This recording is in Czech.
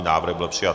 Návrh byl přijat.